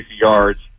yards